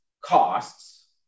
costs